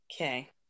okay